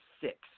six